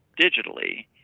digitally